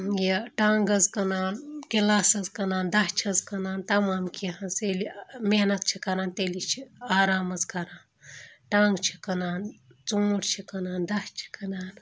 یہِ ٹنٛگ حظ کٕنان گِلاس حظ کٕنان دَچھ حظ کٕنان تَمام کینٛہہ حظ ییٚلہِ محنت چھِ کَران تیٚلی چھِ آرام حظ کَران ٹنٛگ چھِ کٕنان ژوٗنٛٹھۍ چھِ کٕنان دَچھ چھِ کٕنان